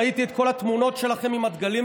ראיתי את כל התמונות שלכם עם הדגלים,